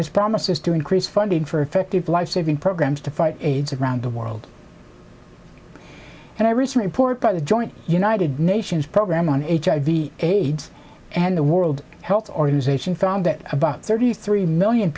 his promises to increase funding for effective lifesaving programs to fight aids around the world and i recently poured by the joint united nations program on hiv aids and the world health organization found that about thirty three million